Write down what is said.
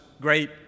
great